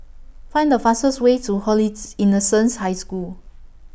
Find The fastest Way to Holy's Innocents' High School